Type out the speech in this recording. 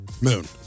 Moon